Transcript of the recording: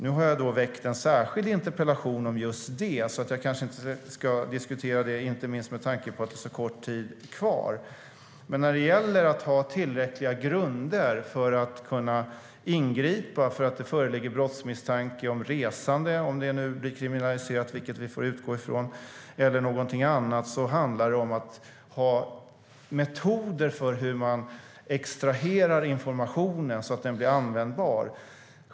Nu har jag väckt en särskild interpellation om just det, så jag kanske inte ska diskutera det - inte minst med tanke på att det är så kort tid kvar. Men när det gäller att ha tillräckliga grunder för att kunna ingripa när det föreligger brottsmisstanke om resande - om det nu blir kriminaliserat, vilket vi får utgå från - eller någonting annat handlar det om att ha metoder för hur man extraherar informationen så att den blir användbar.